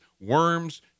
worms